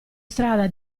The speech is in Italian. strada